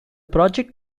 project